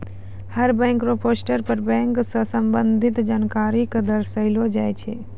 हर bank र portal पर bank स संबंधित जानकारी क दर्शैलो जाय छै